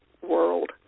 world